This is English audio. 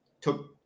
took